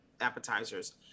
appetizers